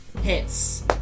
Hits